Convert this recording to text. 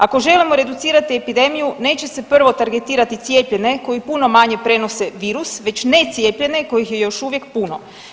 Ako želimo reducirati epidemiju neće se prvo targetirati cijepljene koji puno manje prenose virus već ne cijepljene kojih je još uvijek puno.